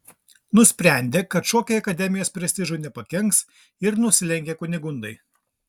nusprendė kad šokiai akademijos prestižui nepakenks ir nusilenkė kunigundai